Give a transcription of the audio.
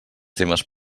temes